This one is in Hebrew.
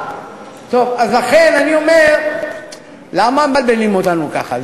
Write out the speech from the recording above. טוב, אז לכן אני אומר, למה מבלבלים אותנו ככה?